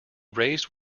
raised